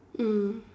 mm